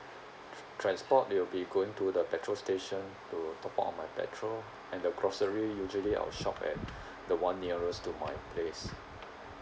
tr~ transport it will be going to the petrol station to top up on my petrol and the grocery usually I will shop at the one nearest to my place